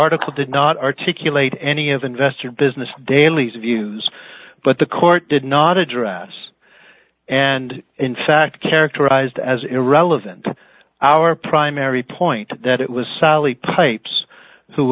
article did not articulate any of investor's business daily views but the court did not address and in fact characterized as irrelevant our primary point that it was sally pipes who